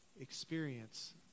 experience